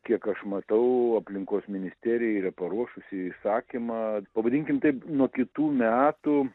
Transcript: kiek aš matau aplinkos ministerija yra paruošusi įsakymą pavadinkim taip nuo kitų metų